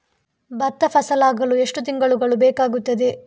ಭತ್ತ ಫಸಲಾಗಳು ಎಷ್ಟು ತಿಂಗಳುಗಳು ಬೇಕಾಗುತ್ತದೆ?